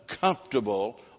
comfortable